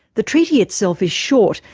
the treaty itself is short,